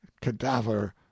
cadaver